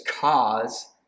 cause